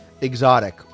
exotic